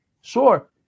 sure